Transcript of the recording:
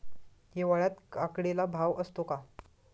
हिवाळ्यात काकडीला भाव असतो का?